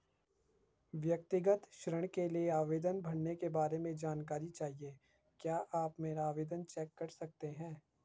व्यक्तिगत ऋण के लिए आवेदन भरने के बारे में जानकारी चाहिए क्या आप मेरा आवेदन चेक कर सकते हैं?